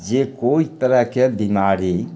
जे कोइ तरहक बीमारी